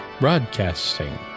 broadcasting